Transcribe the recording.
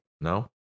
No